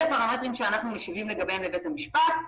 אלו פרמטרים שאנחנו משיבים לגביהם לבית המשפט.